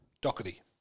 Doherty